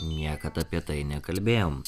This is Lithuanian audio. niekad apie tai nekalbėjom